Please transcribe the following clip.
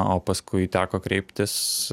o paskui teko kreiptis